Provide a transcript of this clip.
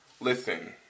Listen